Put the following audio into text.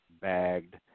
bagged